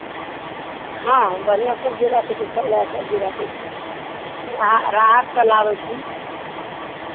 हँ बढ़िआँ सबजी राखै छी ताजा सबजी राखै छी हँ रा राहतसँ लाबै छी